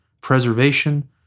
preservation